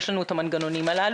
יש לנו את המנגנונים הללו,